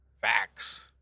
facts